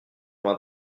vingt